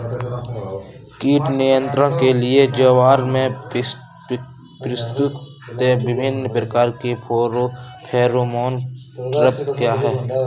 कीट नियंत्रण के लिए ज्वार में प्रयुक्त विभिन्न प्रकार के फेरोमोन ट्रैप क्या है?